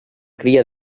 cria